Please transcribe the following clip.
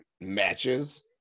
matches